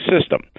system